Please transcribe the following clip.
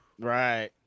right